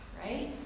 right